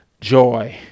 joy